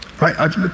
Right